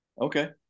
Okay